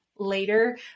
later